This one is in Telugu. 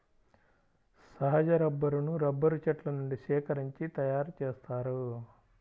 సహజ రబ్బరును రబ్బరు చెట్ల నుండి సేకరించి తయారుచేస్తారు